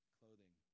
clothing